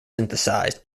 synthesized